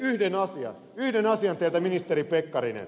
minä kysyn yhden asian teiltä ministeri pekkarinen